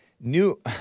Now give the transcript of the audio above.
New